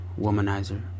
womanizer